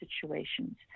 situations